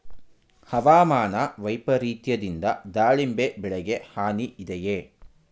ಹವಾಮಾನ ವೈಪರಿತ್ಯದಿಂದ ದಾಳಿಂಬೆ ಬೆಳೆಗೆ ಹಾನಿ ಇದೆಯೇ?